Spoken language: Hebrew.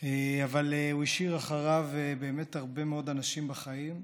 אבל הוא השאיר אחריו באמת הרבה מאוד אנשים בחיים.